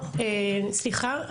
בתוך כל הייאוש הזה,